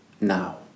now